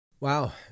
Wow